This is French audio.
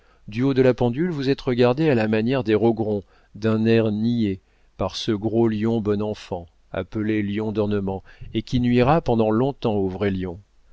du haut de la pendule vous êtes regardés à la manière des rogron d'un air niais par ce gros lion bon enfant appelé lion d'ornement et qui nuira pendant longtemps aux vrais lions